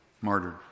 martyred